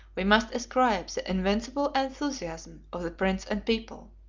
we must ascribe the invincible enthusiasm of the prince and people.